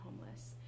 homeless